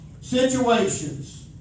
situations